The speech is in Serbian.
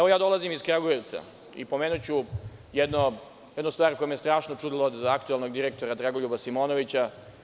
Dolazim iz Kragujevca i pomenuću jednu stvar, koja me je strašno čudila, vezanu za aktuelnog direktora Dragoljuba Simonovića.